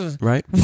Right